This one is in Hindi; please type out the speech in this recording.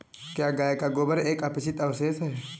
क्या गाय का गोबर एक अपचित अवशेष है?